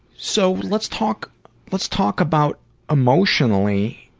so let's talk let's talk about emotionally,